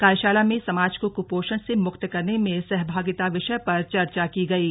कार्यशाला में समाज को कृपोषण से मुक्त करने में सहभागिता विषय पर चर्चा की गयी